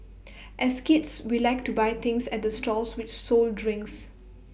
as kids we liked to buy things at the stalls which sold drinks